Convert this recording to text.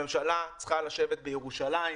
הממשלה צריכה לשבת בירושלים,